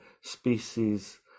species